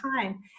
time